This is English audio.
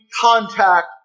contact